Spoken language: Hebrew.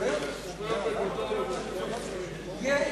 יישום תוכנית ההתנתקות (תיקון מס' 2), התש"ע 2010,